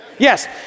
Yes